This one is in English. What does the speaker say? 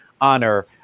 honor